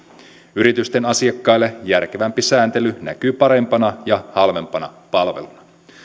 yritysten asiakkaille järkevämpi sääntely näkyy parempana ja halvempana palveluna